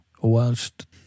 whilst